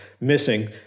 missing